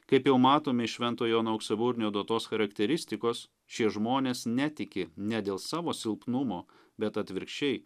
kaip jau matome iš švento jono auksaburnio duotos charakteristikos šie žmonės netiki ne dėl savo silpnumo bet atvirkščiai